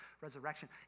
resurrection